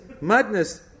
Madness